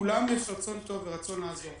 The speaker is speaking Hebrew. לכולם יש רצון טוב ורצון לעזור,